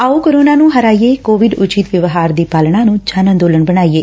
ਆਓ ਕੋਰੋਨਾ ਨੂੰ ਹਰਾਈਏਂ ਕੋਵਿਡ ਉਚਿੱਤ ਵਿਵਹਾਰ ਦੀ ਪਾਲਣਾ ਨੂੰ ਜਨ ਅੰਦੋਲਨ ਬਣਾਈਏ